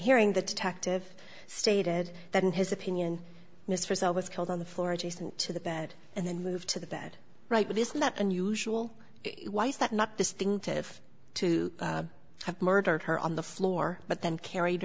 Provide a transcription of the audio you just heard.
hearing the detective stated that in his opinion mr zale was killed on the floor adjacent to the bed and then moved to the bed right with his let unusual why is that not distinctive to have murdered her on the floor but then carried